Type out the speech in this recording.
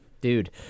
Dude